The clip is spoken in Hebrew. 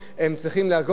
זה עולה ישירות לנציבות.